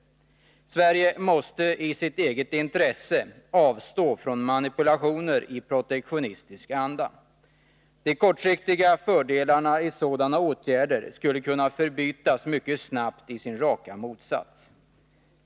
Sverige måste i sitt eget intresse avstå från manipulationer i protektionistisk anda. De kortsiktiga fördelar sådana åtgärder skulle kunna ge förbyts mycket snabbt i sin raka motsats.